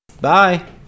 Bye